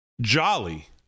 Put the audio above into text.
Jolly